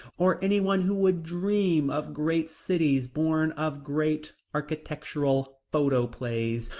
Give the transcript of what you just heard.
or any one who would dream of great cities born of great architectural photoplays,